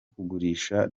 kugurisha